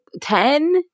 ten